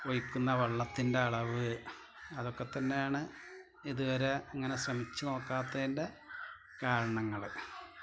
ഒഴിക്കുന്ന വെള്ളത്തിൻ്റെ അളവ് അതൊക്കെത്തന്നെയാണ് ഇതുവരെ ഇങ്ങനെ ശ്രമിച്ചുനോക്കാത്തതിൻ്റെ കാരണങ്ങള്